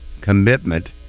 commitment